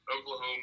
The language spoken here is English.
Oklahoma